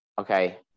okay